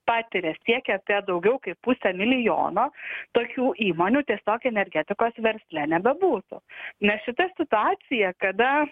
patiria siekia apie daugiau kaip pusę milijono tokių įmonių tiesiog energetikos versle nebebūtų nes šita situacija kada